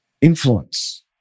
influence